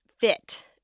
fit